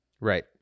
Right